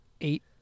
eight